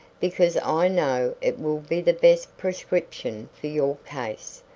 because i know it will be the best prescription for your case.